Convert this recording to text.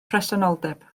presenoldeb